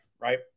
right